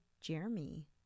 Jeremy